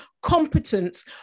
competence